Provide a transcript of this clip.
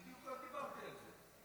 בדיוק דיברתי על זה.